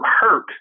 hurt